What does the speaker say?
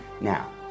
Now